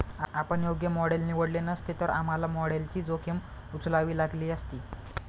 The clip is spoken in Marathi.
आपण योग्य मॉडेल निवडले नसते, तर आम्हाला मॉडेलची जोखीम उचलावी लागली असती